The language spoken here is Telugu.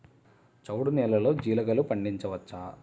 చవుడు నేలలో జీలగలు పండించవచ్చా?